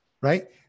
Right